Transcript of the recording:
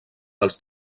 dels